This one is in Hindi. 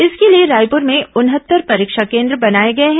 इसके लिए रायपुर में उनहत्तर परीक्षा केन्द्र बनाए गए हैं